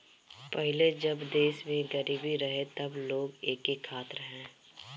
पहिले जब देश में गरीबी रहे तब लोग एके खात रहे